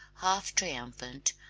half triumphant,